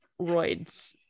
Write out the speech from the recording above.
roids